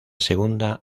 segunda